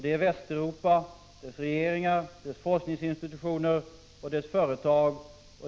Det är Västeuropa, dess regeringar, forskningsinstitutioner och företag.